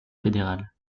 fédérales